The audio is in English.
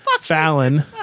Fallon